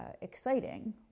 exciting